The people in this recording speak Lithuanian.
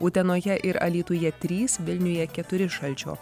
utenoje ir alytuje trys vilniuje keturi šalčio